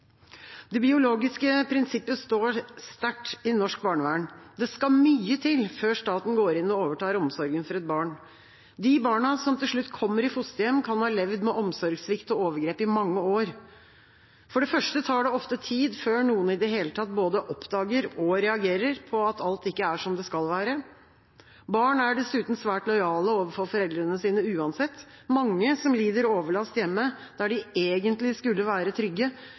Det biologiske prinsippet står sterkt i norsk barnevern. Det skal mye til før staten går inn og overtar omsorgen for et barn. De barna som til slutt kommer i fosterhjem, kan ha levd med omsorgssvikt og overgrep i mange år. For det første tar det ofte tid før noen i det hele tatt både oppdager og reagerer på at alt ikke er som det skal være. Barn er dessuten svært lojale overfor foreldrene sine, uansett. Mange som lider overlast hjemme, der de egentlig skulle være trygge,